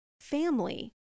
family